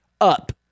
up